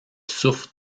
souffre